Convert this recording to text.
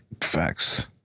Facts